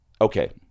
okay